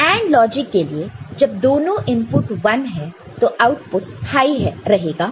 तो AND logic के लिए जब दोनों इनपुट 1 है तो आउटपुट हाई रहेगा